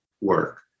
work